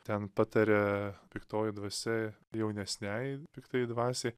ten pataria piktoji dvasia jaunesniajai piktai dvasiai